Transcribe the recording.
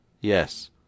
Yes